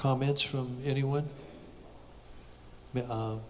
comments from anyone